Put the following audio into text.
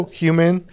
human